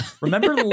remember